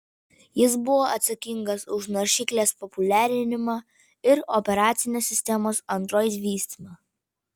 jis buvo atsakingas už naršyklės populiarinimą ir operacinės sistemos android vystymą